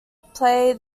play